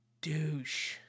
douche